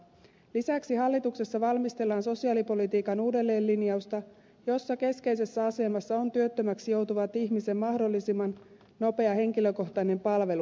lisäksi hallituksessa valmistellaan sosiaalipolitiikan uudelleenlinjausta jossa keskeisessä asemassa on työttömäksi joutuvan ihmisen mahdollisimman nopea henkilökohtainen palvelu